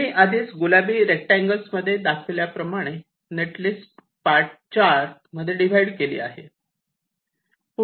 तुम्ही आधीच गुलाबी रेक्टांगल्स मध्ये दाखवल्या प्रमाणे नेट लिस्ट 4 पार्ट मध्ये डिव्हाइड केली आहे